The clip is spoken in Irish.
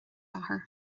láthair